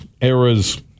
eras